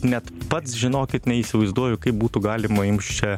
net pats žinokit neįsivaizduoju kaip būtų galima jums čia